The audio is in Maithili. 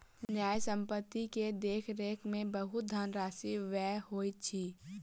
न्यास संपत्ति के देख रेख में बहुत धनराशि व्यय होइत अछि